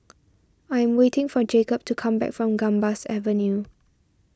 I'm waiting for Jacob to come back from Gambas Avenue